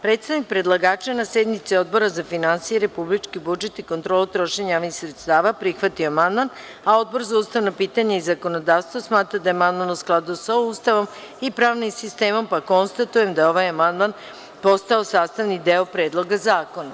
Predstavnik predlagača na sednici Odbora za finansije i republički budžet i kontrolu trošenja javnih sredstava prihvatio je amandman, a Odbor za ustavna pitanja i zakonodavstvo, smatra da je amandman u skladu sa Ustavom i pravnim sistemom, pa konstatujem da je ovaj amandman postao sastavni deo Predloga zakona.